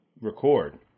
record